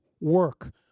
work